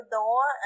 door